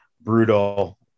brutal